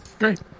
Great